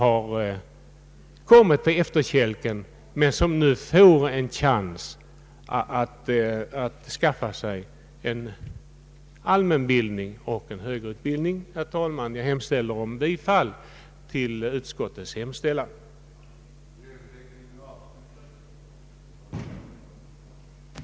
Jag ber att få yrka bifall till utskottets förslag. hållna gymnasiala skola, vilken i framtiden torde komma benämnas gymnasieskolan, dels ställningstaganden angående den högre musikutbildningens målsättning och organisation. utöver de från kyrkofonden utgående bidragen borde få del av sådana anslag som komme den statliga kyrkomusikerutbildningen till del, dels hemställa om särskild utredning och förslag angående de kyrkomusikaliska tjänstetyperna.